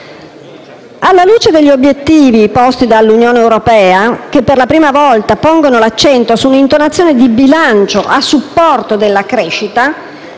Alla luce degli obiettivi posti dall'Unione europea, che per la prima volta pongono l'accento su una intonazione di bilancio a supporto della crescita,